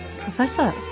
Professor